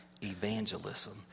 evangelism